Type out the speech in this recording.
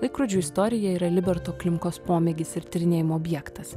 laikrodžių istorija yra liberto klimkos pomėgis ir tyrinėjimo objektas